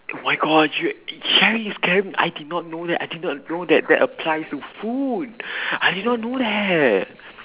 oh my god you~ sharing is caring I did not know that I did not know that that applies to food I did not know that